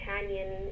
Canyon